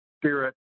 spirit